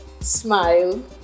smile